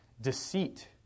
deceit